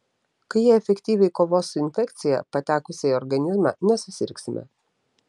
kai jie efektyviai kovos su infekcija patekusia į organizmą nesusirgsime